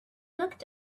looked